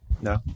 No